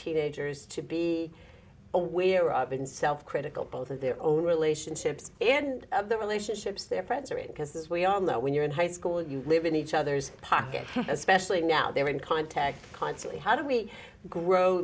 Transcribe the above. teenagers to be aware of in self critical both of their own relationships and their relationships their friends or because as we all know when you're in high school you live in each other's pocket especially now they're in contact constantly how do we grow